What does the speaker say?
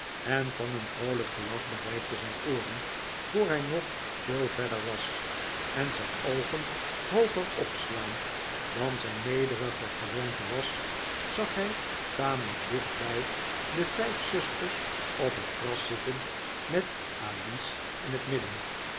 en van een vroolijk gelach bereikte zijn ooren voor hij nog veel verder was en zijn oogen hooger opslaand dan zijn hederige gewoonte was zag hij tamelijk dichtbij de vijf zusters op het gras zitten met alice in het midden